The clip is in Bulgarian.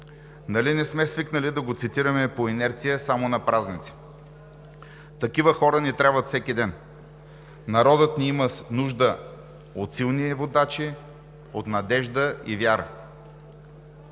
Нали не сме свикнали да го цитираме по инерция само на празници?! Такива хора ни трябват всеки ден. Народът ни има нужда от силни водачи, от надежда и вяра.